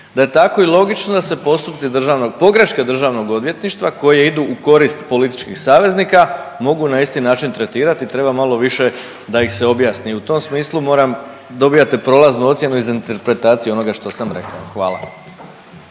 da je tako i logično da se postupci državnog, pogreške Državnog odvjetništva koje idu u korist političkih saveznika mogu na isti način tretirati i treba malo više da ih se objasni. I u tom smislu moram, dobijate prolaznu ocjenu iz interpretacije onoga što sam rekao. Hvala.